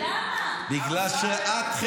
אבל נגמר הזמן --- זה סדר-היום --- לגבי הזמן,